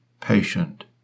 patient